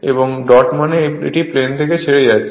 এবং ডট মানে এটি প্লেন ছেড়ে যাচ্ছে